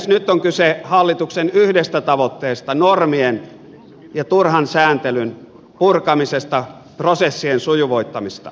nyt on kyse hallituksen yhdestä tavoitteesta normien ja turhan sääntelyn purkamisesta prosessien sujuvoittamisesta